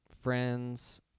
friends